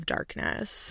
Darkness